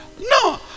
No